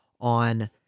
on